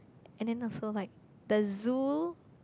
and then also like the zoo